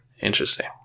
Interesting